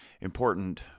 important